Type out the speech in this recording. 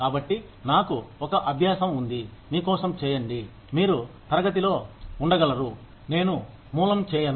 కాబట్టి నాకు ఒక అభ్యాసం ఉంది మీకోసం చేయండి మీరు తరగతిలో ఉండగలరు నేను మూలం చేయను